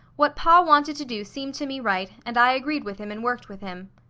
what pa wanted to do seemed to me right, and i agreed with him and worked with him.